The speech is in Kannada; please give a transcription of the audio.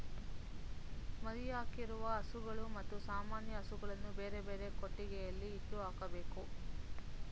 ಮರಿಯಾಕಿರುವ ಹಸುಗಳು ಮತ್ತು ಸಾಮಾನ್ಯ ಹಸುಗಳನ್ನು ಬೇರೆಬೇರೆ ಕೊಟ್ಟಿಗೆಯಲ್ಲಿ ಇಟ್ಟು ಹಾಕ್ಬೇಕು